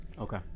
Okay